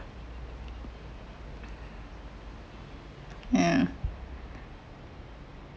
ya